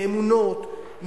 מאמונות,